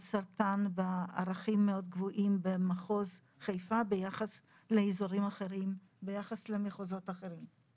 סרטן בערכים מאוד גבוהים במחוז חיפה ביחס למחוזות אחרים.